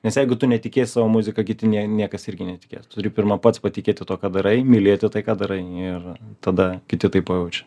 nes jeigu tu netikėsi savo muzika kiti niekas irgi netikės turi pirma pats patikėti tuo ką darai mylėti tai ką darai ir tada kiti tai pajaučia